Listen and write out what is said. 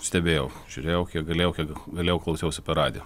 stebėjau žiūrėjau kiek galėjau kiek galėjau klausiausi par radiją